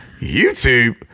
YouTube